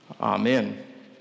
Amen